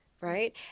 Right